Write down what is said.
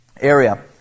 area